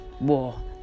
war